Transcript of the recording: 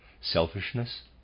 selfishness